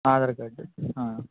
Aadhaar card